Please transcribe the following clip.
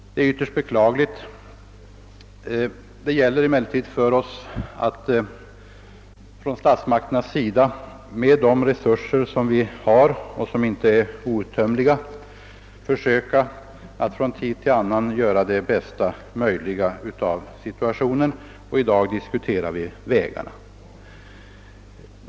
Det gäller emellertid för statsmakterna att med de resurser som vi har, och som inte är outtömliga, försöka att från tid till annan göra det bästa möjliga av situationen, och i dag diskuterar vi vägarna.